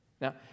Now